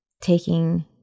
taking